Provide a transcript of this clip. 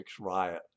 riot